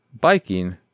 biking